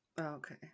Okay